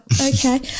Okay